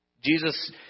Jesus